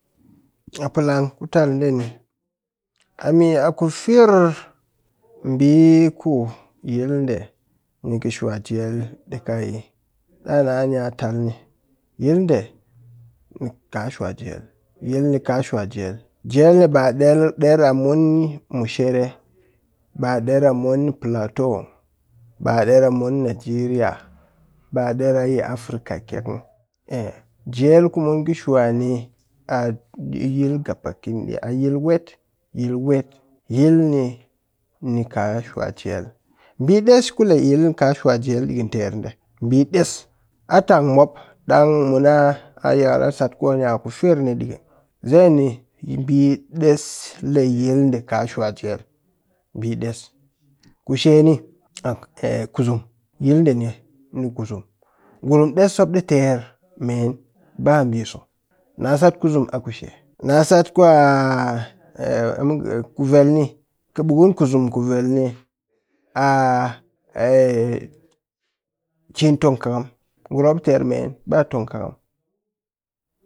A palang ku tal ɗeni ami aku firr ɓi ku yilɗe ni kɨ shwajel ɗika yi? Ɗaa na ani'a tal ni, yilɗe nika shwajel yil ni ka shwajel jel ni ba ɗer ɗer amun mushere ba ɗer a mun plteau ba ɗer a mun nigeria ba ɗer a yi africa kyek muw ei, jel ku mun kɨ shwa ni a yil gabaki a yil wet, yil wet yil ni ka shwa jel, ɓi ɗes kuni ka le yil ni ka shwa jel ɗikɨn terɗe ɓi des a tang mop ɗang mu na ayakal a sat kuni'aku firr ɗikɨn, zeen ni yi ɓi ɗes le yil ni ka shwa jel ɓi ɗes kusheni a kusum yilɗe ni ni kusum ngurum ɗes mop ɗi ter meen ba ɓiso. Na sat kusum a kushe na sat kwa ei ku vel ni kɨɓukun kusum ku vel a cin tong kɨkam ngurum mop ɗi ter meen ba tong kɨkam.